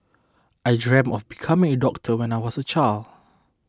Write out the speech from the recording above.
I dreamt of becoming a doctor when I was a child